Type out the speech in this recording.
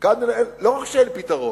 וכאן, לא רק שאין פתרון.